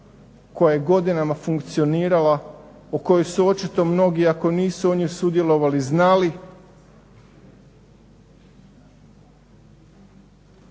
koja je godinama funkcionirala, u kojoj su očito mnogi ako nisu u njoj sudjelovali znali.